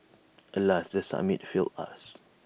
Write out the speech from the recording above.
alas the summit failed us